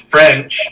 French